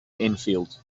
enfield